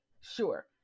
sure